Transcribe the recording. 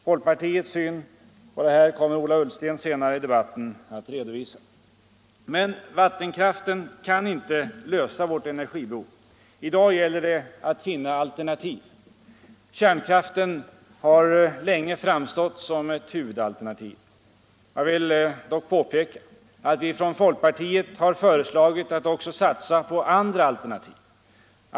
Folkpartiets syn på detta kommer Ola Ullsten att redovisa senare i debatten. Men vattenkraften kan inte lösa vårt energibehov. I dag gäller det att finna alternativ. Kärnkraften har länge framstått såsom ett huvudalternativ. Jag vill dock påpeka att vi från folkpartiet har föreslagit en satsning också på andra alternativ.